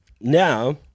now